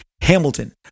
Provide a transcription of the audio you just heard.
Hamilton